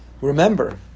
Remember